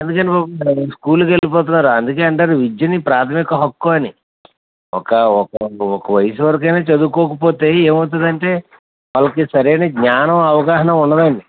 అందుకనే బాబు స్కూలుకు వెళ్ళిపోతున్నారు అందుకని అంటారు విద్యని ప్రాథమిక హక్కు అని ఒక ఒక ఒక వయసు వరకు అయినా చదువుకోకపోతే ఏమి అవుతదంటే వాళ్ళకి సరైన జ్ఞానం అవగాహన ఉండదు అండి